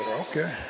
okay